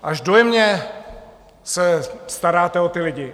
Až dojemně se staráte o ty lidi.